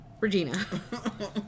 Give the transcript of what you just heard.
regina